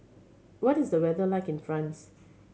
what is the weather like in France